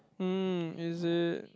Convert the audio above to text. hmm is it